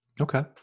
Okay